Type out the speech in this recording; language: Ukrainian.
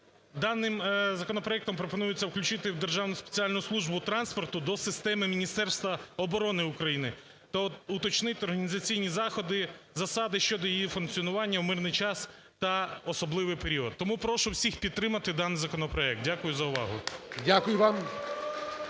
даним законопроектом пропонується включити Державну спеціальну службу транспорту до системи Міністерства оброни України та уточнити організаційні засади щодо її функціонування в мирний час та особливий період. Тому прошу всіх підтримати даний законопроект. Дякую за увагу. ГОЛОВУЮЧИЙ.